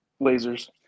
lasers